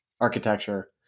architecture